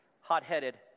hot-headed